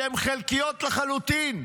שהן חלקיות לחלוטין,